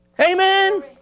Amen